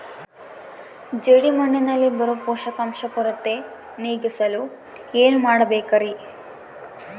ಜೇಡಿಮಣ್ಣಿನಲ್ಲಿ ಬರೋ ಪೋಷಕಾಂಶ ಕೊರತೆ ನೇಗಿಸಲು ಏನು ಮಾಡಬೇಕರಿ?